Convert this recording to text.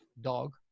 dog